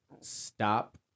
Stop